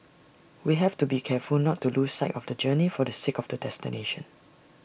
we have to be careful not to lose sight of the journey for the sake of the destination